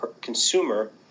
consumer